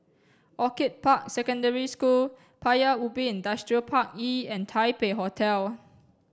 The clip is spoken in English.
Orchid Park Secondary School Paya Ubi Industrial Park E and Taipei Hotel